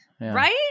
right